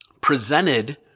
presented